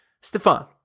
Stefan